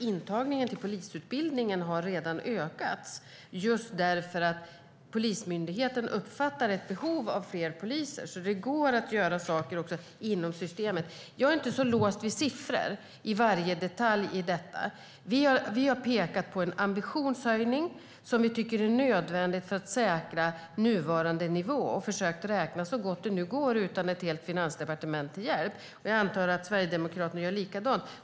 Intagningen till polisutbildningen har faktiskt redan ökats, just därför att Polismyndigheten uppfattar att det finns ett behov av fler poliser. Det går alltså att göra saker också inom systemet. Jag är inte särskilt låst vid siffror i varje detalj i detta. Vi har pekat på en ambitionshöjning som vi tycker är nödvändig för att säkra nuvarande nivå. Vi har försökt räkna så gott det nu går utan ett helt finansdepartement till hjälp. Jag antar att Sverigedemokraterna gör likadant.